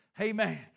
amen